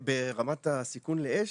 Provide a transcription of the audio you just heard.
לא, ברמת הסיכון לאש?